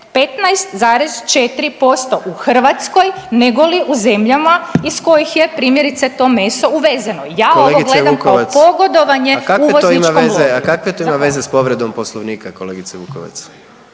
15,4% u Hrvatskoj negoli u zemljama iz kojih je primjerice to meso uvezano. Ja ovo gledam kao pogodovanje … …/Upadica predsjednik: Kolegice Vukovac!/…